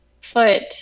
foot